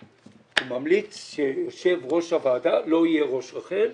ממליץ שיושב ראש הוועדה לא יהיה ראש רח"ל.